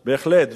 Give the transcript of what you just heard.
בהחלט.